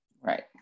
Right